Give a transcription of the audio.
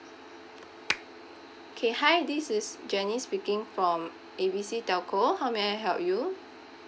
okay hi this is janice speaking from A B C telco how may I help you